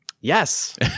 Yes